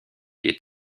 est